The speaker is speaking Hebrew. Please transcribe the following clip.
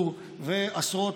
למשטרה.